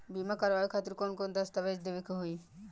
बीमा करवाए खातिर कौन कौन दस्तावेज़ देवे के होई?